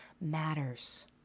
matters